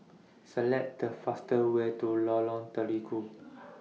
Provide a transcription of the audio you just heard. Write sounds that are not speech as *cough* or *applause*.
Select The faster Way to Lorong Terigu *noise*